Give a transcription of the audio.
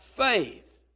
faith